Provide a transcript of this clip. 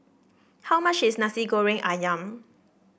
how much is Nasi Goreng ayam